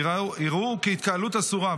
יראו בכך התקהלות אסורה.